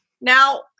Now